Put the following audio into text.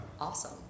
awesome